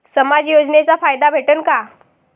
समाज योजनेचा फायदा भेटन का?